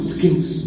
Skills